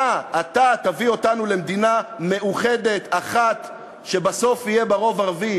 אתה תביא אותנו למדינה מאוחדת אחת שבסוף יהיה בה רוב ערבי,